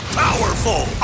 powerful